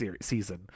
season